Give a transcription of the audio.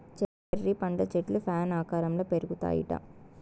cherry పండ్ల చెట్లు fan ఆకారంల పెరుగుతాయిట